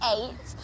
Eight